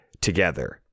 together